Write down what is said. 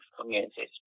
communities